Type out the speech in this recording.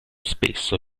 spesso